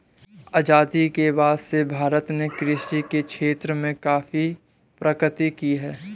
आजादी के बाद से भारत ने कृषि के क्षेत्र में काफी प्रगति की है